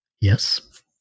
Yes